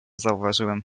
zauważyłem